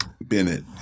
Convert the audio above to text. Bennett